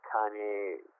Kanye